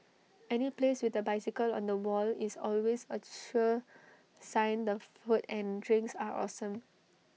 any place with A bicycle on the wall is always A sure sign the food and drinks are awesome